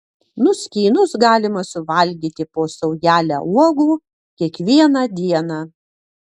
nuskynus galima suvalgyti po saujelę uogų kiekvieną dieną